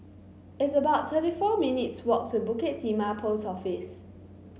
it's about thirty four minutes' walk to Bukit Timah Post Office